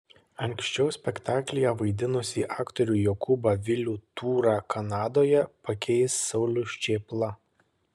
anksčiau spektaklyje vaidinusį aktorių jokūbą vilių tūrą kanadoje pakeis saulius čėpla